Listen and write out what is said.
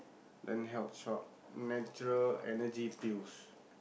then health shop natural Energy Pills